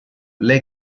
lei